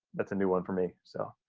that's a new one for me so.